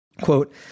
quote